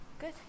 Good